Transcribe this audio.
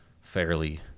fairly